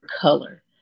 color